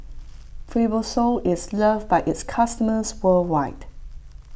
Fibrosol is loved by its customers worldwide